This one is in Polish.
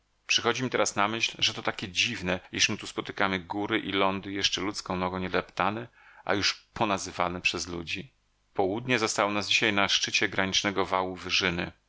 mi teraz na myśl że to takie dziwne iż my tu spotykamy góry i lądy jeszcze ludzką nogą nie deptane a już ponazywane przez ludzi południe zastało nas dzisiaj na szczycie granicznego wału wyżyny